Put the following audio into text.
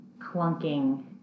clunking